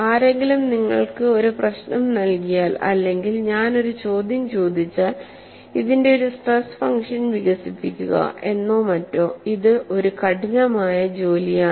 ആരെങ്കിലും നിങ്ങൾക്ക് ഒരു പ്രശ്നം നൽകിയാൽഅല്ലെങ്കിൽ ഞാൻ ഒരു ചോദ്യം ചോദിച്ചാൽ ഇതിന്റെ ഒരു സ്ട്രെസ് ഫംഗ്ഷൻ വികസിപ്പിക്കുക എന്നോ മറ്റോ ഇത് ഒരു കഠിനമായ ജോലിയാണ്